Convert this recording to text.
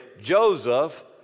Joseph